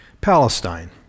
Palestine